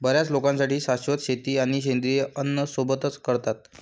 बर्याच लोकांसाठी शाश्वत शेती आणि सेंद्रिय अन्न सोबतच करतात